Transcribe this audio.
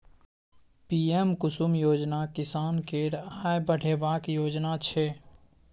PM Kusum योजना किसान केर आय बढ़ेबाक योजना छै